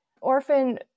Orphan